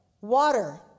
water